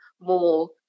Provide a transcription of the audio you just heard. more